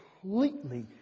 completely